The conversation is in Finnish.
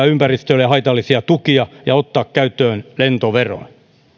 ympäristölle haitallisia tukia ja ottaa käyttöön lentoveron